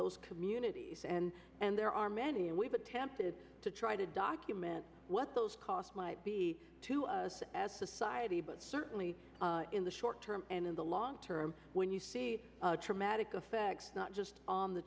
those communities and and there are many and we've attempted to try to document what those costs might be to us as a society but certainly in the short term and in the long term when you see traumatic affects not just on the